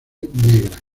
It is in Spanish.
negra